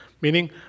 Meaning